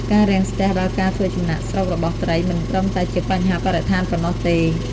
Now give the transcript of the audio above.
ការរាំងស្ទះដល់ការធ្វើចំណាកស្រុករបស់ត្រីមិនត្រឹមតែជាបញ្ហាបរិស្ថានប៉ុណ្ណោះទេ។